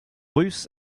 russe